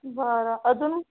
बरं अजून